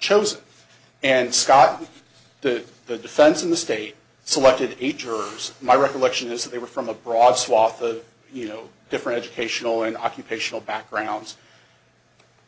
chosen and scott to the defense in the state selected the jurors my recollection is that they were from a broad swath of you know different educational and occupational backgrounds